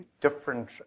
different